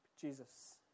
Jesus